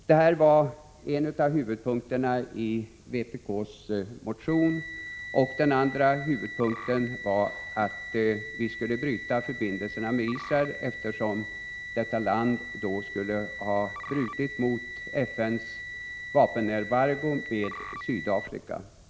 Detta var en av huvudpunkterna i vpk:s motion. Den andra huvudpunkten var att Sverige skulle bryta förbindelserna med Israel, eftersom detta land skulle ha brutit mot FN:s vapenembargo mot Sydafrika.